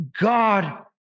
God